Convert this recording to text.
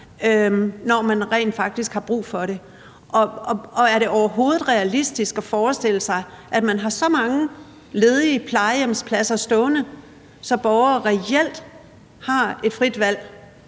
når man rent faktisk har brug for det? Og er det overhovedet realistisk at forestille sig, at man har så mange ledige plejehjemspladser, så borgere reelt har et frit valg